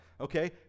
okay